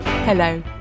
Hello